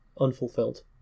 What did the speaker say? unfulfilled